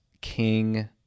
king